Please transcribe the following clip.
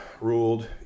ruled